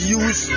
use